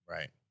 Right